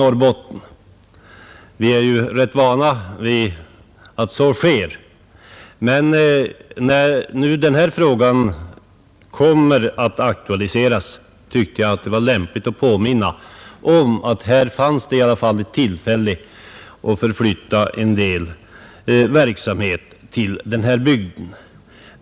Vi är visserligen ganska vana vid att så sker, men när denna fråga nu kommer att aktualiseras tyckte jag det var lämpligt att påminna om att här fanns ett tillfälle att förflytta en verksamhet till den bygd det gäller.